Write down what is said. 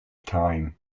time